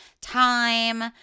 time